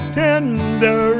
tender